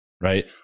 Right